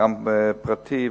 גם באופן פרטי,